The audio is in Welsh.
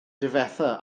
difetha